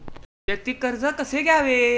वैयक्तिक कर्ज कसे घ्यावे?